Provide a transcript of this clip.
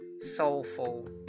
soulful